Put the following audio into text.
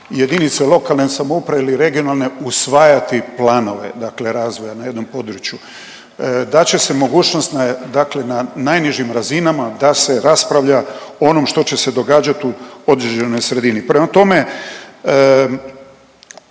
jedinice lokalne samouprave ili regionalne usvajati planove, dakle razvoja na jednom području, dat će se mogućnost na najnižim razinama da se raspravlja o onom što će se događat u određenoj sredini. Prema tome,